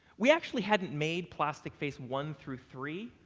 we actually hadn't made plastic face one through three,